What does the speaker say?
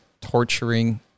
torturing